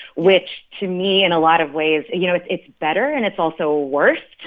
which, to me, in a lot of ways, you know, it's better. and it's also worse